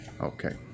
Okay